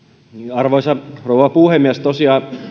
arvoisa rouva puhemies tosiaan